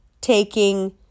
taking